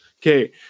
Okay